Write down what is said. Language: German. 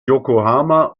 yokohama